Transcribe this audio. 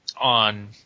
on –